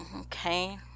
Okay